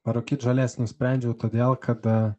parūkyt žolės nusprendžiau todėl kad